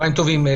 צוהריים טובים.